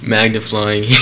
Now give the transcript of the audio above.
Magnifying